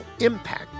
impact